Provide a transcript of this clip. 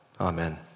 Amen